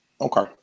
okay